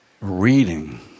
reading